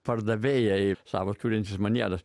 pardavėjai savo turiantys manieras